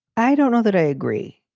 i don't know that i agree.